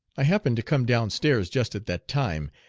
i happened to come down stairs just at that time,